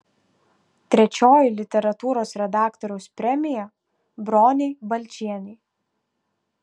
trečioji literatūros redaktoriaus premija bronei balčienei